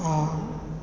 आओर